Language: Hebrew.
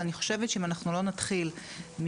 אבל אני חושבת שאם אנחנו לא נתחיל ממקום,